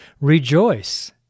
Rejoice